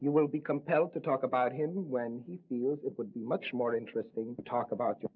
you will be compelled to talk about him when he feels it would be much more interesting to talk about you